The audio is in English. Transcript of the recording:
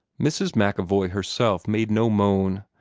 mrs. macevoy herself made no moan,